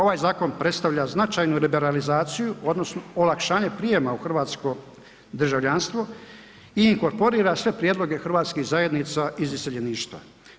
Ovaj zakon predstavlja značajnu liberalizaciju odnosno olakšanje prijema u hrvatsko državljanstvo i inkorporira sve prijedloge hrvatskih zajednica iz iseljeništva.